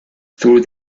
through